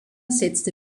setzte